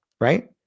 right